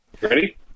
Ready